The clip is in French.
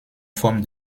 forme